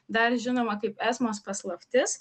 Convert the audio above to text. dar žinomą kaip esmos paslaptis